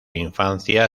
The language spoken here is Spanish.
infancia